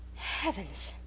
heavens!